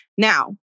Now